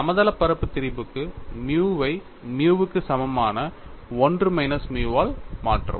சமதளப் பரப்பு திரிபுக்கு மியுவை மியுவுக்கு சமமான 1 மைனஸ் மியுவால் மாற்றவும்